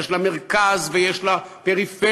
יש לה מרכז ויש לה פריפריה,